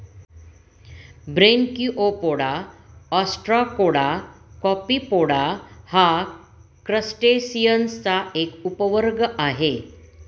Branchiopoda, Ostracoda, Copepoda हा क्रस्टेसिअन्सचा एक उपवर्ग आहे